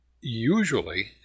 usually